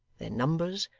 their numbers,